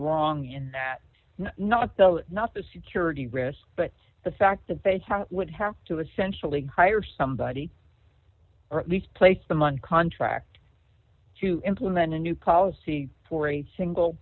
wrong in that not not the security risk but the fact that they would have to essentially hire somebody or at least place them on contract to implement a new policy for a single